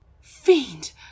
Fiend